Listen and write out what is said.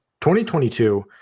2022